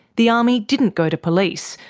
the army didn't go to police,